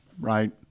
right